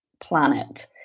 planet